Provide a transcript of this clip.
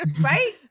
right